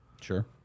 Sure